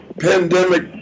pandemic